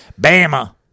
Bama